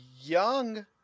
young